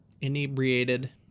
Inebriated